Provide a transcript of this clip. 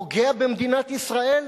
פוגע במדינת ישראל?